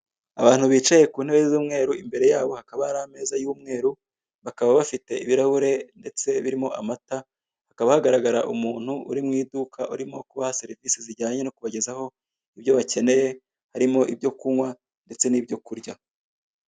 Abantu bicaye ku ntebe z'umweru imbere yabo hakaba hari ameza y'umweru, bakaba bafite ibirahure ndetse birimo amata, hakaba hagaragara umuntu uri mu iduka urimo kubaha serivise zijyanye no kubagezaho ibyo bakeneye, harimo ibyo kunywa ndetse n'ibyo kurya.